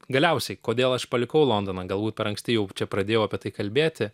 galiausiai kodėl aš palikau londoną galbūt per anksti juk čia pradėjau apie tai kalbėti